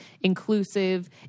inclusive